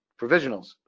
provisionals